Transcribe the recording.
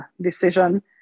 decision